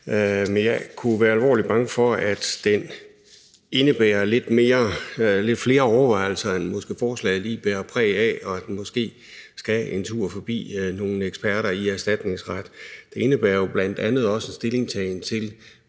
her. Jeg kunne være alvorligt bange for, at den vil indebære lidt flere overvejelser, end forslaget måske lige bærer præg af, og at det måske skal en tur forbi nogle eksperter i erstatningsret. Det indebærer jo bl.a. også en stillingtagen til